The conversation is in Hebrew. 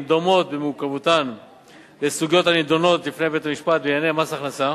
דומות במורכבותן לסוגיות הנדונות לפני בית-המשפט בענייני מס הכנסה